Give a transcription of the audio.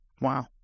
Wow